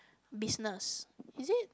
business is it